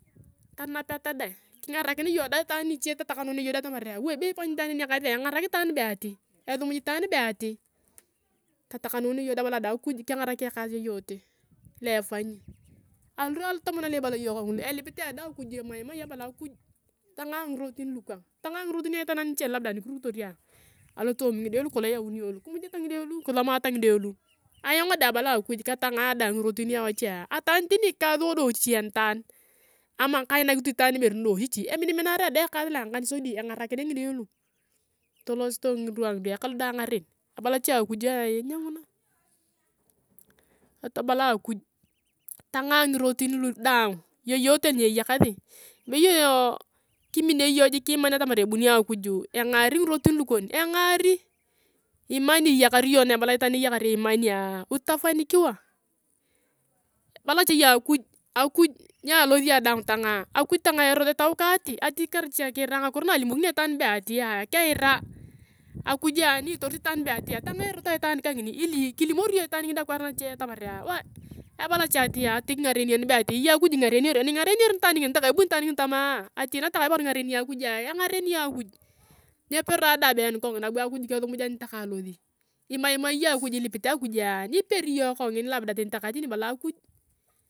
Tanapeta dae, kingarakinea iyong dae itaan niche totakanunuea iyo dae atamarea, be ifanyi itaan bei ati. Totakanunea iyong dae. Abala akuj kengarak ekaas yeyote, lo efanyi. Alu ruwa alutomon aluibala iyong kangulu, elipit ayong dae akuj emaimai abala akuj tangaa ngirotin lukuang, tangaa ngirotin aitaan aniche labda anikirukit ka ayong. Alotoomi ngide lukolong iyauni iyong lu, kimujeta ngide lu, kizomata ngide lu. Ayong deng abala ayana akuj kataa ayong deng ngirotin awache, ataany tani ikaas wadiochichi anitaan, ama kainak tu itaan ibere nidio chichi eminiminarea ayong dang ekaas io angakan engarakinea ngide lu. Tulosioto ngiruwa engide kalu deng ngaren, abala cha ayong akujua nyonguna. Abala ayong akuj, tangaa ngirotin luku daang yeyote ani eyakasi. Beyeo kiminio iyong jik iman atamar ebuni akuj engari ngirotin lukon, engari. Imani iyakar iyong naebala itaan iyakar imania, utafanikiwa tabala cha iyong akuj, akuj nyialosia ayong daang tangaa, akuj tangaa etau kaa ati, ati karecha kiiri ngakiro, na alimokini ayong itaan be atioa keira. Akujia ni itorit itaani be atia tangaa erot aitaan kangini, ili kilimori iyong itaan ngini akwaar nache atamarea, wae be ebala cha atia ati kingarenio nibe ati eyei akuj ingareniori. Ani ingareniori nitaan nginia ani takae ebuni itaan ngini tamaa, ati natakea itamarea iyong kingarenioa akujua, bingarenio akujua, nyepero ayong deng been kong in abu akuj kesimuj anitakae alosi. Imaimai iyong akujua ilipit akujua labda tani takae tani ibala akuj.